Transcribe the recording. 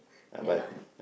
then what